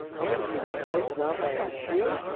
i'm going to be replaced now by a machine?